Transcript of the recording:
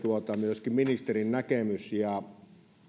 myöskin ministerin näkemys